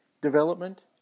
development